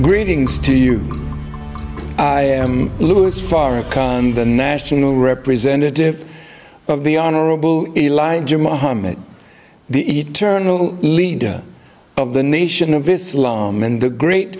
greetings to you i am louis farrakhan the national representative of the honorable elijah mohammad the eternal leader of the nation of islam and the great